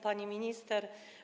Pani Minister!